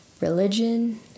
religion